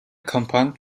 компани